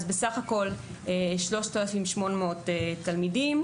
אז בסך הכל יש 3,800 תלמידים.